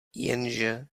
jenže